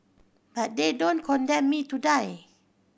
but they don't condemn me to die